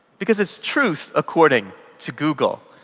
because it's truth according to google.